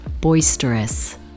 boisterous